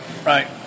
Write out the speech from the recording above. Right